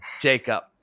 Jacob